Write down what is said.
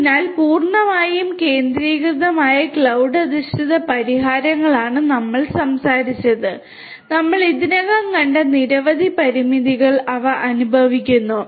അതിനാൽ പൂർണ്ണമായും കേന്ദ്രീകൃതമായ ക്ലൌഡ് അധിഷ്ഠിത പരിഹാരങ്ങളാണ് നമ്മൾ സംസാരിച്ചത് നമ്മൾ ഇതിനകം കണ്ട നിരവധി പരിമിതികൾ അവ അനുഭവിക്കുന്നു